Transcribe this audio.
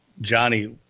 Johnny